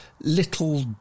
little